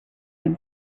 him